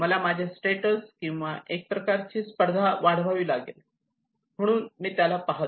मला माझे स्टेटस किंवा एक प्रकारची स्पर्धा वाढवावी लागेल म्हणून मी त्याला पाहतो